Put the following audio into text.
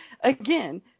again